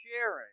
sharing